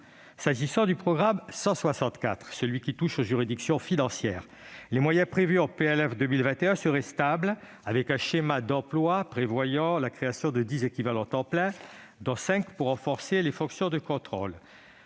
Concernant le programme 164, « Cour des comptes et autres juridictions financières », les moyens prévus par le PLF pour 2021 seraient stables avec un schéma d'emploi prévoyant la création de 10 équivalents temps plein, dont 5 pour renforcer les fonctions de contrôle.